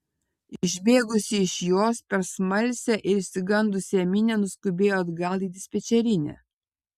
išbėgusi iš jos per smalsią ir išsigandusią minią nuskubėjo atgal į dispečerinę